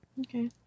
Okay